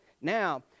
Now